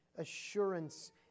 assurance